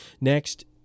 Next